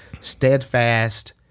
steadfast